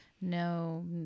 no